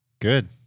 Good